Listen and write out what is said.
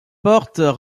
portes